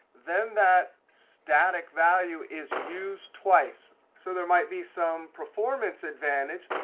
then that static value is used twice. so there might be some performance advantage.